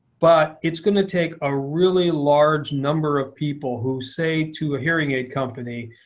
but it's going to take a really large number of people who say to a hearing aid company,